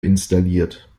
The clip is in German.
installiert